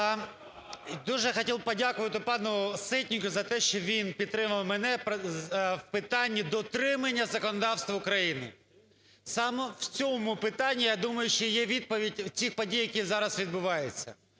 Дуже хотів подякувати пану Ситнику за те, що він підтримав мене у питанні дотримання законодавства України, саме в цьому питанні. Я думаю, що є відповідь цих подій, які зараз відбуваються,